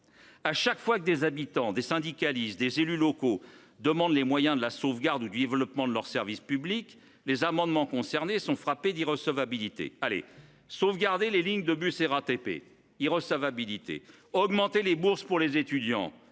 ? Chaque fois que des habitants, des syndicalistes ou des élus locaux demandent les moyens de la sauvegarde ou du développement de leurs services publics, les amendements concernés sont frappés d’irrecevabilité : sauvegarder les lignes de bus RATP ? Irrecevable. Augmenter les bourses pour les étudiants